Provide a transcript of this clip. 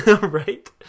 Right